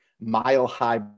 mile-high